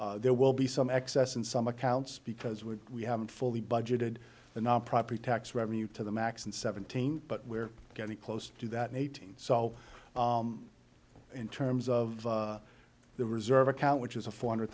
so there will be some excess in some accounts because we're we haven't fully budgeted the na property tax revenue to the max and seventeen but we're getting close to that eighteen so in terms of the reserve account which is a four hundred